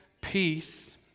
peace